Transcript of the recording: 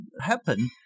happen